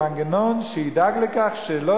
תהיה.